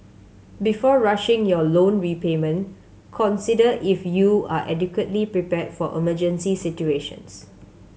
before rushing your loan repayment consider if you are adequately prepared for emergency situations